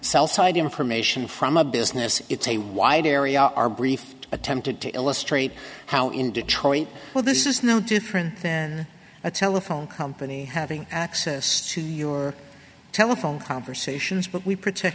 cell side information from a business it's a wide area our brief attempted to illustrate how in detroit well this is no different than a telephone company having access to your telephone conversations but we protect